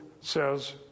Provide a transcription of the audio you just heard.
says